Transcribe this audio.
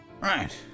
Right